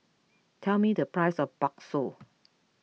tell me the price of Bakso